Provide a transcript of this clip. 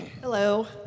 Hello